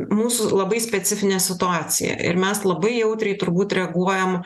mūsų labai specifinė situacija ir mes labai jautriai turbūt reaguojam